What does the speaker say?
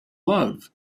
love